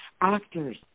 actors